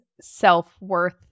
self-worth